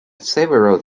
several